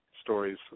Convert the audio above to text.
stories